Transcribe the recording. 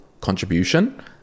contribution